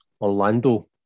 Orlando